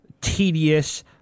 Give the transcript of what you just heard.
tedious